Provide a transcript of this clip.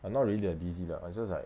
I'm not really that busy ah I just like